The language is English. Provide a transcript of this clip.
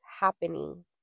happening